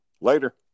Later